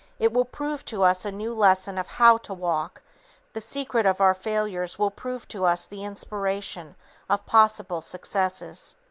it will prove to us a new lesson of how to walk the secret of our failures will prove to us the inspiration of possible successes.